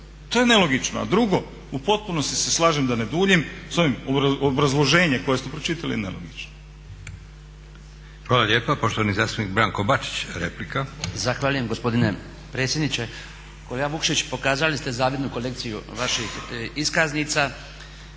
To je nelogično. A drugo, u potpunosti se slažem da ne duljim sa ovim. Obrazloženje koje ste pročitali je nelogično. **Leko, Josip (SDP)** Hvala lijepa. Poštovani zastupnik Branko Bačić, replika. **Bačić, Branko (HDZ)** Zahvaljujem gospodine predsjedniče. Kolega Vukšić, pokazali ste zavidnu kolekciju vaših iskaznica,